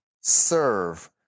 serve